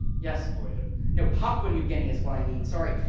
yes. malaysia. no, papua new guinea is what i need sorry.